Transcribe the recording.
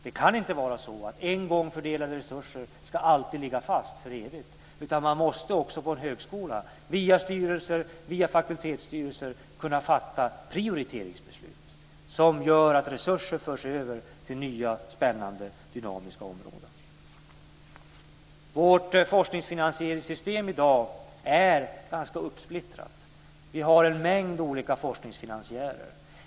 Det kan inte vara så att en gång fördelade resurser alltid ska ligga fast för evigt, utan man måste också på en högskola via styrelser och fakultetsstyrelser kunna fatta prioriteringsbeslut som gör att resurser förs över till nya spännande, dynamiska områden. Dagens forskningsfinansieringssystem är ganska uppsplittrat. Det finns en mängd olika forskningsfinansiärer.